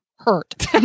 Hurt